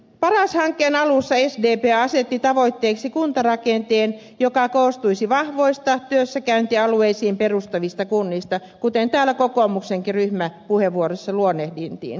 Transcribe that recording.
paras hankkeen alussa sdp asetti tavoitteeksi kuntarakenteen joka koostuisi vahvoista työssäkäyntialueisiin perustuvista kunnista kuten täällä kokoomuksenkin ryhmäpuheenvuorossa luonnehdittiin samat tavoitteet